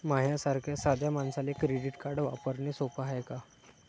माह्या सारख्या साध्या मानसाले क्रेडिट कार्ड वापरने सोपं हाय का?